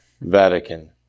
Vatican